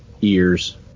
ears